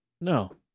No